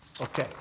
Okay